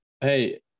Hey